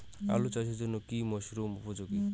আলু চাষের জন্য কি মরসুম উপযোগী?